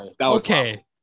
okay